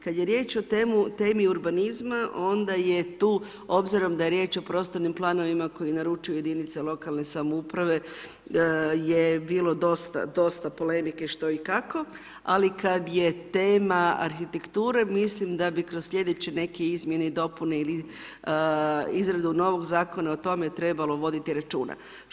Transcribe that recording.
Kad je riječ o temi urbanizma onda je tu, obzirom da je riječ o prostornim planovima koji naručuju jedinice lokalne samouprave je bilo dosta polemike što i kako, ali kad je tema arhitektura, mislim da bi kroz sljedeće neke izmjene ili dopune ili izradu novog zakona o tome trebalo voditi računa.